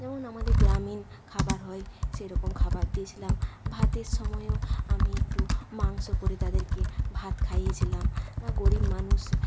যেমন আমাদের গ্রামীণ খাবার হয় সেইরকম খাবার দিয়েছিলাম ভাতের সময়ও আমি একটু মাংস করে তাদেরকে ভাত খাইয়েছিলাম গরীব মানুষ